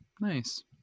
Nice